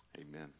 amen